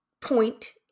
point